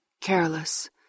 careless